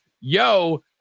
yo